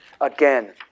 Again